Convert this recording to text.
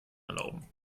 erlauben